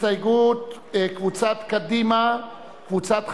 להסתייגות קבוצת קדימה, קבוצת חד"ש,